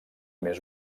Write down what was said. més